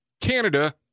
Canada